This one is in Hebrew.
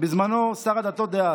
בזמנו שר הדתות דאז.